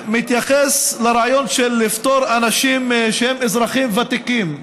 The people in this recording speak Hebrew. שמתייחס לרעיון של לפטור אנשים שהם אזרחים ותיקים,